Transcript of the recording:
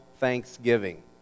Thanksgiving